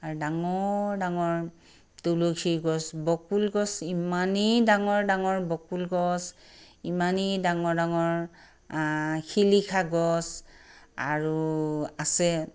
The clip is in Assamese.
আৰু ডাঙৰ ডাঙৰ তুলসী গছ বকুল গছ ইমানেই ডাঙৰ ডাঙৰ বকুল গছ ইমানেই ডাঙৰ ডাঙৰ শিলিখা গছ আৰু আছে